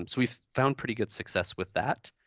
um we've found pretty good success with that.